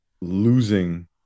losing